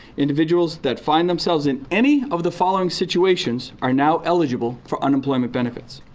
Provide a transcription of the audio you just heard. individuals that find themselves in any of the following situations are now eligible for unemployment benefits.